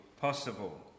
possible